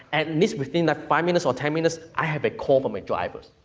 and this within the five minutes or ten minutes, i have a call from my drivers,